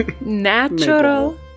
Natural